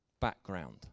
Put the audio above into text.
background